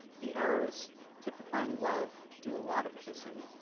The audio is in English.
the arrows typifying love do a lot of kissing.